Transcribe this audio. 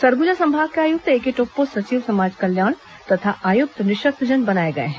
सरगुजा संभाग के आयुक्त एके टोप्पो सचिव समाज कल्याण तथा आयुक्त निःशक्तजन बनाए गए हैं